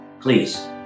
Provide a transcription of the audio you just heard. Please